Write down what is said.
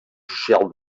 social